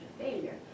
failure